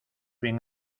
bien